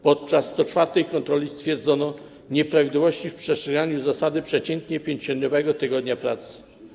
Podczas co czwartej kontroli stwierdzono nieprawidłowości w przestrzeganiu zasady przeciętnie pięciodniowego tygodnia pracy.